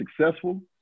successful